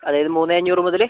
അതായത് മൂന്ന് അഞ്ഞൂറ് മുതൽ